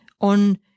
on